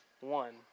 one